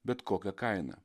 bet kokia kaina